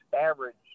average